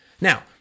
Now